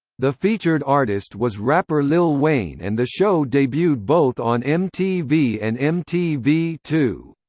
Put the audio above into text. the featured artist was rapper lil wayne and the show debuted both on mtv and m t v two.